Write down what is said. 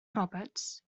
roberts